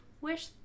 wish